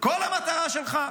כל המטרה שלך,